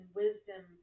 wisdom